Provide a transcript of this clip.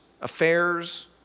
affairs